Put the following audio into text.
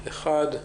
אחד.